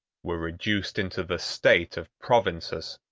were reduced into the state of provinces.